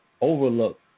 Overlook